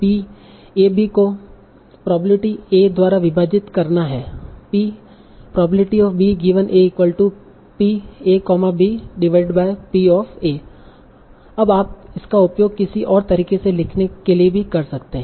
इअलिये joint probability P A B को probability A द्वारा विभाजित करना है अब आप इसका उपयोग किसी और तरीके से लिखने के लिए भी कर सकते हैं